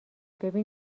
ببین